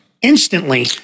instantly